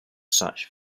such